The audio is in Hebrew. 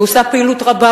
היא עושה פעילות רבה,